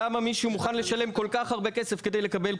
למה מישהו מוכן לשלם כל כך הרבה כסף כדי לקבל,